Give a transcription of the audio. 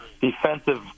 defensive